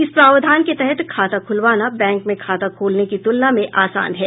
इस प्रावधान के तहत खाता खुलवाना बैंक में खाता खोलने की तुलना में आसान है